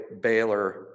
Baylor